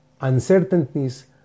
uncertainties